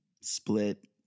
Split